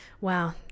Wow